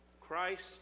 Christ